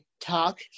talk